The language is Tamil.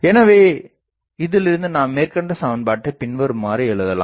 எனவே இதிலிருந்து நாம் மேற்கண்ட சமன்பாட்டைப் பின்வருமாறு எழுதலாம்